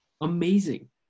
Amazing